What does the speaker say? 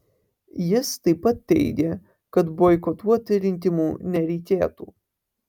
jis taip pat teigė kad boikotuoti rinkimų nereikėtų